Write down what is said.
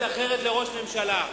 מועמדת אחרת לראשות הממשלה,